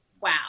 wow